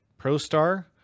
ProStar